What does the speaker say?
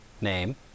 name